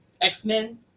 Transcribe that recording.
x-men